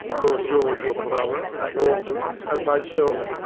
lord george, your brother, norfolke, and my selfe,